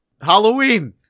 Halloween